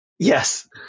Yes